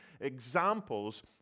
examples